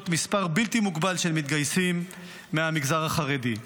מספר בלתי מוגבל של מתגייסים מהמגזר החרדי.